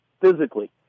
physically